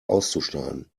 auszuschneiden